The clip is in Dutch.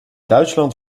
duitsland